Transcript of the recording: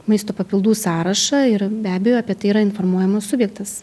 maisto papildų sąrašą ir be abejo apie tai yra informuojamas subjektas